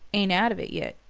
ain't out of it yet.